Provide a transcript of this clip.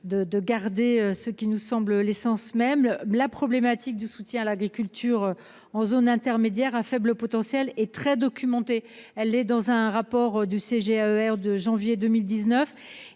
de garder ce qui nous semble l'essence. Même la problématique du soutien à l'agriculture en zone intermédiaire à faible potentiel et très documenté, elle est dans un rapport du CGER de janvier 2019